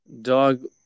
Dog